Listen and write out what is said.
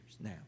Now